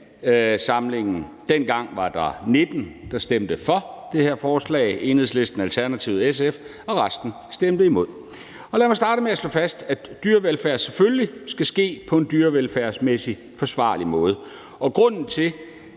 2018-19. Dengang var der 19, der stemte for det her forslag, Enhedslisten, Alternativet og SF, og resten stemte imod. Lad mig starte med at slå fast, at dyr selvfølgelig skal behandles på en dyrevelfærdsmæssig forsvarlig måde. Grunden til,